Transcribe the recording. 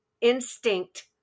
instinct